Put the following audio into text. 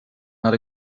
not